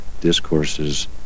discourses